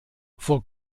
vor